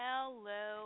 Hello